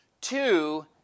two